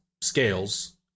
scales